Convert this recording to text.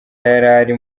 yarari